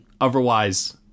otherwise